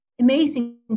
amazing